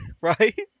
right